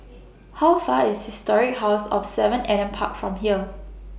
How Far IS Historic House of seven Adam Park from here